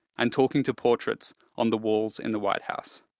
and talking to portraits on the walls in the white house.